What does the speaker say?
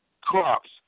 crops